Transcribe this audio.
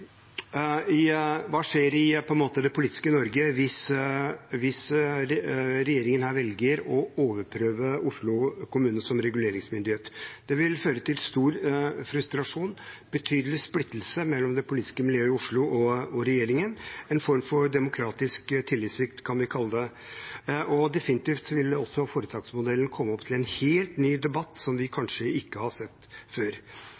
Hva skjer i det politiske Norge hvis regjeringen her velger å overprøve Oslo kommune som reguleringsmyndighet? Det vil føre til stor frustrasjon, betydelig splittelse mellom det politiske miljøet i Oslo og regjeringen – en form for demokratisk tillitssvikt, kan vi kalle det. Definitivt vil også foretaksmodellen komme opp til en helt ny debatt som vi kanskje ikke har sett før.